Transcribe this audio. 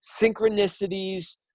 synchronicities